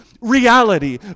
reality